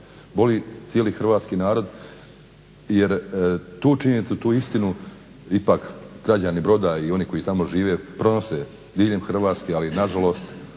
boli cijeli hrvatski narod jer tu činjenicu, tu istinu ipak građani Broda i oni koji tamo žive pronose diljem Hrvatske ali na žalost